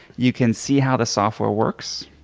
you can see how the software works.